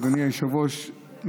אדוני היושב-ראש,